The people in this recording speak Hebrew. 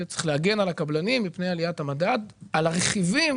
צריך להגן על מפני עליית המדד על הרכיבים